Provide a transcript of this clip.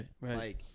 right